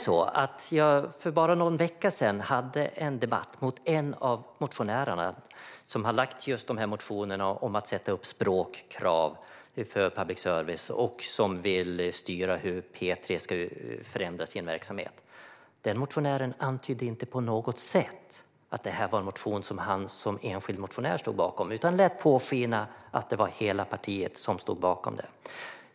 Jag hade för bara någon vecka sedan en debatt med en av motionärerna, som har lagt fram just motionerna om att införa språkkrav för public service och om hur P3 ska förändra sin verksamhet. Den motionären antydde inte på något sätt att det rörde sig om en motion som han stod bakom som enskild motionär. I stället lät han påskina att hela partiet stod bakom den.